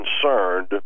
concerned